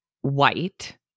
white